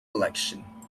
election